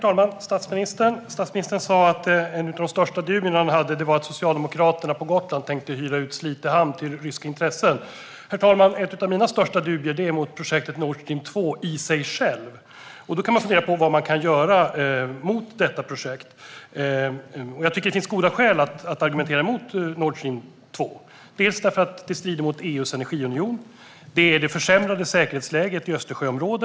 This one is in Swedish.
Herr talman! Statsministern sa att hans största dubier handlade om att Socialdemokraterna på Gotland tänkte hyra ut Slite hamn till ryska intressen. Mina största dubier handlar om projektet Nord Stream 2 i sig självt. Man kan då fundera på vad som går att göra mot detta projekt. Jag tycker att det finns goda skäl att argumentera emot Nord Stream 2. Ett skäl är att det strider mot EU:s energiunion. Ett annat skäl är det försämrade säkerhetsläget i Östersjöområdet.